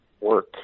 work